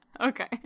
okay